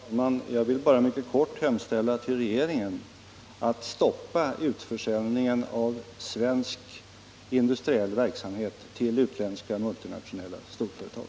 Herr talman! Jag ber bara mycket kort att få hemställa till regeringen att den stoppar utförsäljningen av svensk industriell verksamhet till utländska multinationella storföretag.